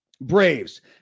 Braves